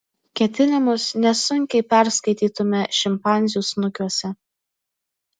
ketinimus nesunkiai perskaitytume šimpanzių snukiuose